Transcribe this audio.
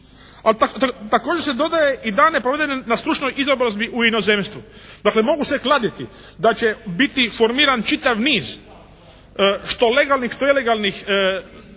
A također se dodaje i dani provedeni na stručnoj izobrazbi u inozemstvu. Dakle mogu se kladiti da će biti formiran čitav niz što legalnih što nelegalnih